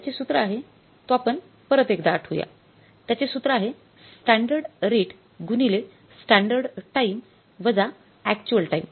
त्याचे सूत्र आहे तो आपण परत एकदा आठवूया त्याचे सूत्र आहे स्टँडर्ड रेट गुणिले स्टँडर्ड टाइम वजा अक्चुअल टाइम